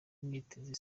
niteze